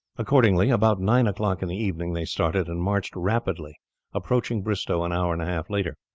accordingly about nine o'clock in the evening they started, and marching rapidly approached bristowe an hour and a half later.